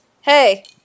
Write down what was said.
Hey